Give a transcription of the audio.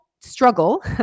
struggle